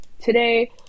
today